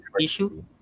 issue